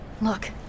Look